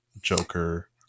Joker